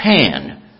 Pan